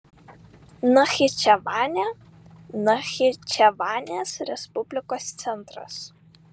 nachičevanė nachičevanės respublikos centras